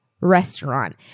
restaurant